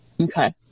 okay